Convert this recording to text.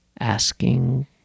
asking